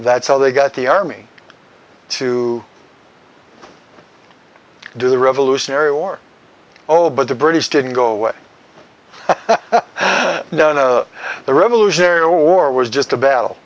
that's how they got the army to do the revolutionary war oh but the british didn't go away none of the revolutionary war was just a battle